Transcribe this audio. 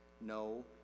No